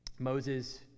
Moses